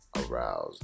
aroused